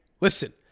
listen